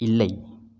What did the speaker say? இல்லை